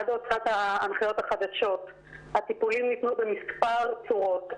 עד להוצאת ההנחיות החדשות הטיפולים ניתנו בכמה צורות,